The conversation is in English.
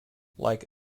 like